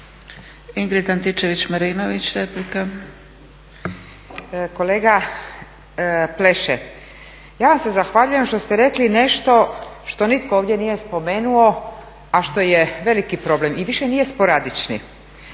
**Antičević Marinović, Ingrid (SDP)** Kolega Pleše, ja vam se zahvaljujem što ste rekli nešto što nitko ovdje nije spomenuo, a što je veliki problem i više nije sporadični